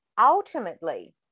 ultimately